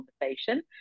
conversation